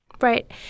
Right